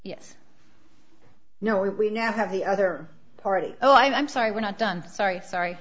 yes no we now have the other party oh i'm sorry we're not done sorry sorry